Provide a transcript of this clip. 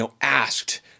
asked